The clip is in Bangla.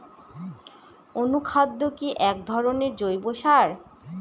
অনুখাদ্য কি এক ধরনের জৈব সার?